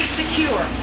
secure